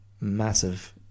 massive